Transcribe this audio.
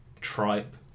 tripe